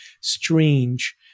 strange